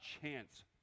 chance